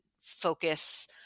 focus